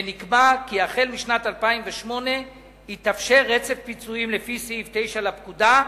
ונקבע כי משנת 2008 יתאפשר רצף פיצויים לפי סעיף 9 לפקודה,